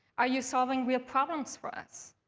are you solving real problems for us?